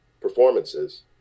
performances